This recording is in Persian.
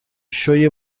شوی